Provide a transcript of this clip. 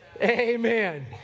Amen